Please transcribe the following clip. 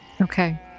Okay